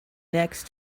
next